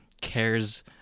cares